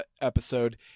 episode